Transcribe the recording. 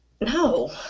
No